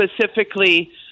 specifically